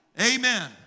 Amen